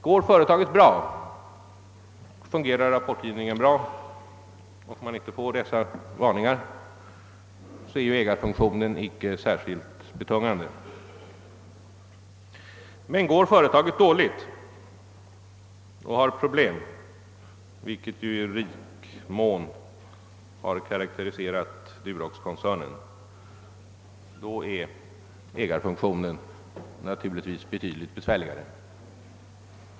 Går företaget bra, fungerar rapportgivningen bra, och får ägaren inte några sådana varningar, är ägarfunktionen icke särskilt betungande. Men om företaget går dåligt och har problem — vilket ju i rikt mått har karaktäriserat Duroxkoncernen — är ägarfunktionen mycket besvärligare.